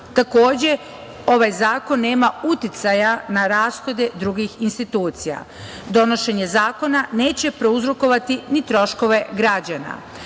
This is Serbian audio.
Takođe, ovaj zakon nema uticaja na rashode drugih institucija. Donošenje Zakona neće prouzrokovati ni troškove građana.